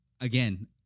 again